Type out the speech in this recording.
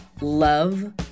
Love